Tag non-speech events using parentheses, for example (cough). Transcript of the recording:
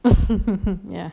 (laughs) ya